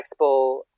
expo